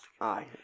Aye